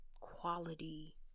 quality